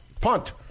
Punt